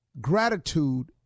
gratitude